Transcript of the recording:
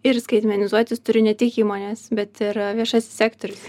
ir skaitmenizuotis turi ne tik įmonės bet ir viešasis sektorius